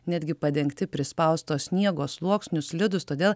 netgi padengti prispausto sniego sluoksniu slidūs todėl